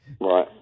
Right